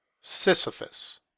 Sisyphus